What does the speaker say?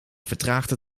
vertraagde